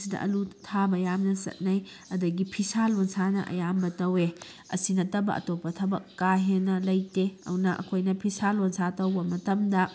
ꯁꯤꯗ ꯑꯂꯨ ꯊꯥꯕ ꯌꯥꯝꯅ ꯆꯠꯅꯩ ꯑꯗꯒꯤ ꯐꯤꯁꯥ ꯂꯣꯟꯁꯥꯅ ꯑꯌꯥꯝꯕ ꯇꯧꯋꯦ ꯑꯁꯤ ꯅꯠꯇꯕ ꯑꯇꯣꯞꯄ ꯊꯕꯛ ꯀꯥ ꯍꯦꯟꯅ ꯂꯩꯇꯦ ꯑꯗꯨꯅ ꯑꯩꯈꯣꯏꯅ ꯐꯤꯁꯥ ꯂꯣꯟꯁꯥ ꯇꯧꯕ ꯃꯇꯝꯗ